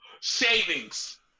savings